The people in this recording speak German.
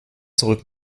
zurück